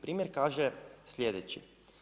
Primjer kaže sljedeće.